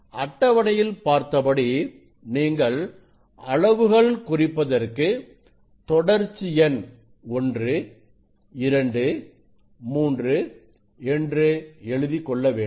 அட்டவணையில் பார்த்தபடி நீங்கள் அளவுகள் குறிப்பதற்கு தொடர்ச்சி எண் 123 என்று எழுதிக்கொள்ள வேண்டும்